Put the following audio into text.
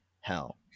hell